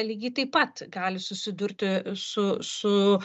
lygiai taip pat gali susidurti su su